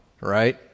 right